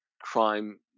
crime